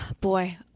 Boy